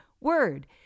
word